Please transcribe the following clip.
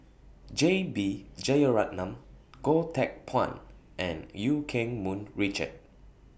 J B Jeyaretnam Goh Teck Phuan and EU Keng Mun Richard